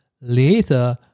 later